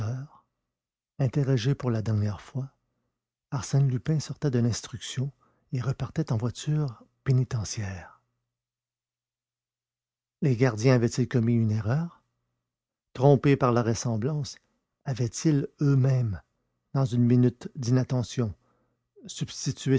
interrogé pour la dernière fois arsène lupin sortait de l'instruction et repartait en voiture pénitentiaire les gardiens avaient-ils commis une erreur trompés par la ressemblance avaient-ils eux-mêmes dans une minute d'inattention substitué